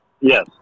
Yes